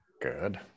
Good